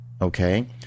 Okay